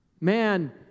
Man